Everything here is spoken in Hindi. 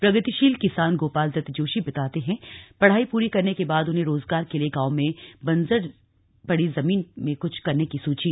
प्रगतिशील किसान गोपाल दत्त जोशी बताते है पढ़ाई पूरी करने के बाद उन्हें रोजगार के लिए गांव में बंजर पड़ी जमीन में कुछ करने की सूझी